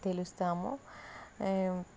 తెలుస్తాము